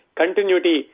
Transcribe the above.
continuity